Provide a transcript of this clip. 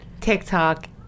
TikTok